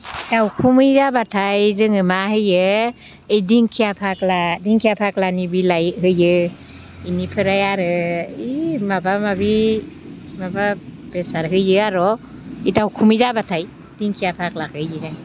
दावखुमै जाबाथाय जोङो मा होयो बे दिंखिया फाग्ला दिंखिया फाग्लानि बिलाइ होयो बेनिफ्राय आरो बै माबा माबि माबा बेसाद होयो आरो बै दावखुमै जाबाथाय दिंखिया फाग्लाखौ होयो